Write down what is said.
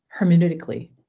hermeneutically